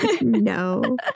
No